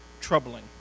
troubling